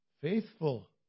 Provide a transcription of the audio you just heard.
faithful